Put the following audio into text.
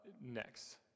Next